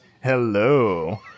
Hello